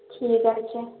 ঠিক আছে